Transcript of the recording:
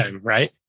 right